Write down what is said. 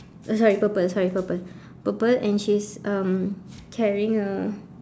uh sorry purple sorry purple purple and she's um carrying a